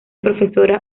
profesora